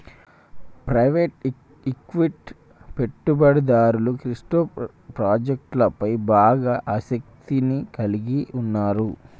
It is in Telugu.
ప్రైవేట్ ఈక్విటీ పెట్టుబడిదారులు క్రిప్టో ప్రాజెక్టులపై బాగా ఆసక్తిని కలిగి ఉన్నరు